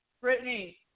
Brittany